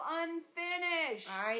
unfinished